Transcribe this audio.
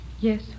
Yes